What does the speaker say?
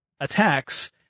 attacks